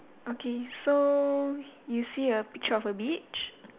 okay so you see a picture of a beach